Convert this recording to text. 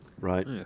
Right